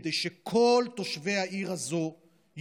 כדי שכל תושבי העיר הזאת,